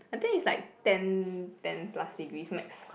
I think is like ten ten plus degrees max